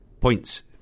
points